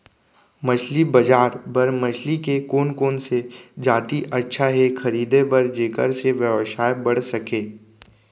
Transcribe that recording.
मछली बजार बर मछली के कोन कोन से जाति अच्छा हे खरीदे बर जेकर से व्यवसाय बढ़ सके?